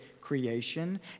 creation